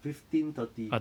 fifteen thirty